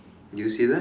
did you see that